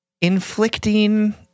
inflicting